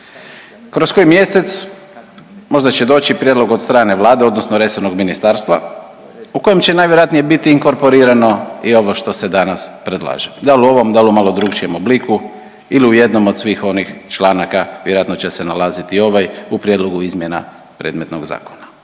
Kroz koji mjesec možda će doći i prijedlog od strane Vlade odnosno resornog ministarstva u kojem će najvjerojatnije biti inkorporirano i ovo što se danas predlaže, dal u ovom, dal u malo drukčijem obliku ili u jednom od svih onih članaka vjerojatno će se nalaziti i ovaj u prijedlogu izmjena predmetnog zakona